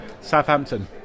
Southampton